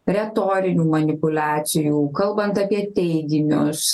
retorinių manipuliacijų kalbant apie teiginius